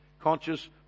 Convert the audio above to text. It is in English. Conscious